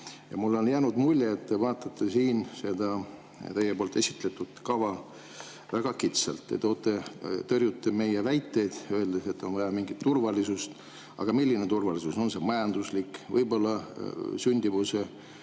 Ja mulle on jäänud mulje, et te vaatate siin seda teie poolt esitletud kava väga kitsalt, te tõrjute meie väiteid, öeldes, et on vaja mingit turvalisust. Aga milline turvalisus? On see majanduslik? Võib-olla sündimuse